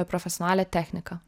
profesionalią techniką